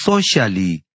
socially